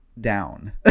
down